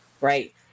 right